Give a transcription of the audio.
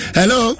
hello